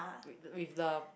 with the